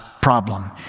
problem